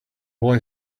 boy